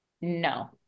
no